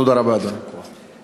תודה רבה, אדוני.